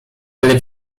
ale